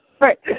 right